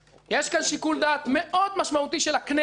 יש פה שיקול דעת מאוד משמעותי של הכנסת.